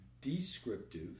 descriptive